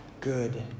good